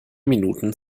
minuten